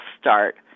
start